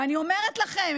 ואני אומרת לכם,